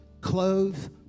clothes